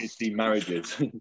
marriages